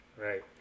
Right